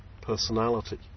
personality